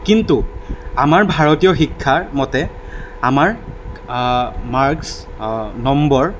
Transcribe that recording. কিন্তু আমাৰ ভাৰতীয় শিক্ষাৰ মতে আমাৰ মাৰ্ক্সছ নম্বৰ